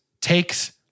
takes